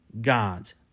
God's